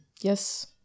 yes